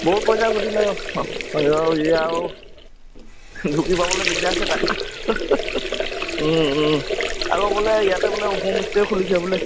বহুত পইচা ঘটিলে ই আৰু ঢুকি পাবলৈ দিগদাৰ হৈছে তাক আকৌ বোলে ইয়াতে বোলে হোমষ্টে' খুলিছে বোলে